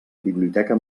biblioteca